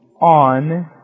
on